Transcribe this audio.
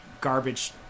garbage